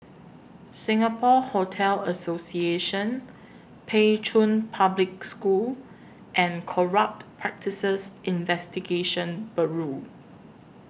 Singapore Hotel Association Pei Chun Public School and Corrupt Practices Investigation Bureau